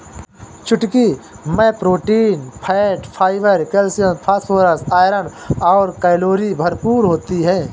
कुटकी मैं protein, fat, fibre, calcium, phosphorus, iron और कैलोरी भरपूर होती है